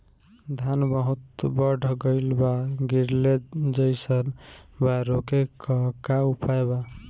धान बहुत बढ़ गईल बा गिरले जईसन बा रोके क का उपाय बा?